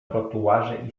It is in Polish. trotuarze